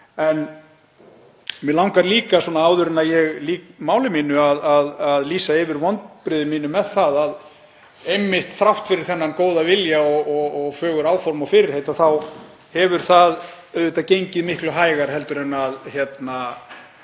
En mig langar líka áður en ég lýk máli mínu að lýsa yfir vonbrigðum mínum með það að þrátt fyrir þennan góða vilja og fögur áform og fyrirheit þá hefur það gengið miklu hægar en að